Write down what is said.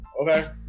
okay